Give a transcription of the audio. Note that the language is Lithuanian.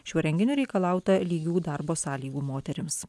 šiuo renginiu reikalauta lygių darbo sąlygų moterims